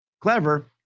Clever